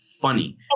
funny